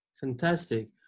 Fantastic